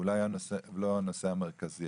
ואולי לא הנושא המרכזי